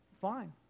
fine